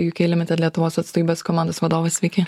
uk limited lietuvos atstovybės komandos vadovas sveiki